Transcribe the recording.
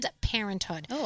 Parenthood